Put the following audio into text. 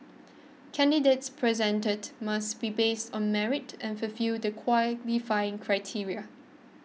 candidates presented must be based on merit and fulfil the qualifying criteria